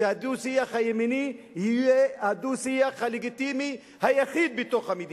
שהדו-שיח הימני יהיה הדו-שיח הלגיטימי היחיד במדינה.